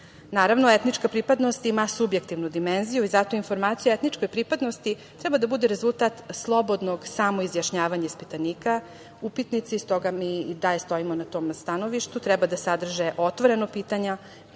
etnička pripadnost ima subjektivnu dimenziju i zato informacija o etničkoj pripadnosti treba da bude rezultat slobodnog samoizjašnjavanja ispitanika. Upitnici, stoga mi i dalje stojimo na tom stanovištu, treba da sadrže otvorena pitanja,